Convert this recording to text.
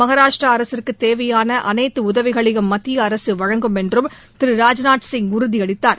மகாராஷ்டிர அரசுக்கு தேவையான அனைத்து உதவிகளையும் மத்திய அரசு வழங்கும் என்றும் திரு ராஜ்நாத் சிங் உறுதி அளித்தார்